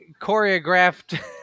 choreographed